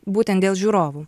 būtent dėl žiūrovų